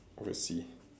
we'll see